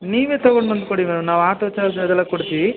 ನೀವೇ ತೊಗೊಂಡು ಬಂದು ಕೊಡಿ ಮೇಮ್ ನಾವು ಆಟೋ ಚಾರ್ಜ್ ಅದೆಲ್ಲ ಕೊಡ್ತೀವಿ